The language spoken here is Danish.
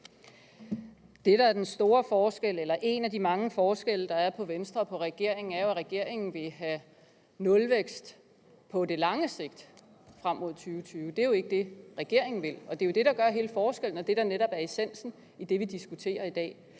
en af de mange forskelle, der er på Venstre og regeringen, er, at regeringen vil have nulvækst på det lange sigt frem mod 2020, og det er ikke det, Venstre vil, og det er jo det, der gør hele forskellen og netop er essensen af det, vi diskuterer i dag.